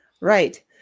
right